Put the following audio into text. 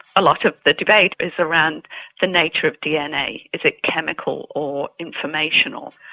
a lot of the debate is around the nature of dna is it chemical or informational?